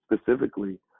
specifically